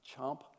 chomp